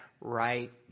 right